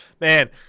Man